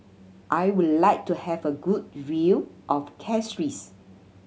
I would like to have a good view of Castries